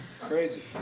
Crazy